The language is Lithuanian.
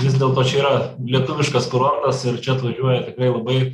vis dėlto čia yra lietuviškas kurortas ir čia atvažiuoja labai